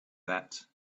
that